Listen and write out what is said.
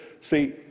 see